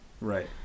Right